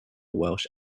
welsh